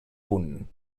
punt